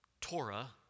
Torah